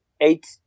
eight